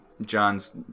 John's